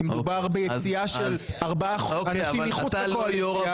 כי מדובר ביציאה של ארבעה אנשים מחוץ לקואליציה,